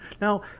Now